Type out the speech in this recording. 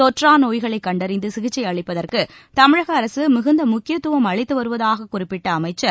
தொற்றா நோய்களைக் கண்டறிந்து சிகிச்சை அளிப்பதற்கு தமிழக அரசு மிகுந்த முக்கியத்துவம் அளித்து வருவதாகக் குறிப்பிட்ட அமைச்சர்